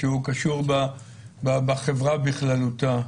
שהוא קשור בחברה בכללותה.